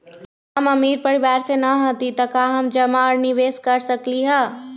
हम अमीर परिवार से न हती त का हम जमा और निवेस कर सकली ह?